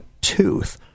tooth